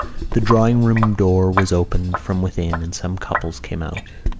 the drawing-room door was opened from within and some couples came out.